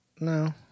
No